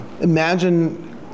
imagine